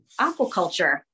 aquaculture